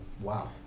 Wow